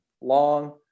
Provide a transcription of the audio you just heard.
long